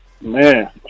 Man